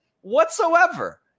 whatsoever